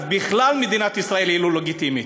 בכלל מדינת ישראל היא לא לגיטימית,